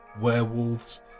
werewolves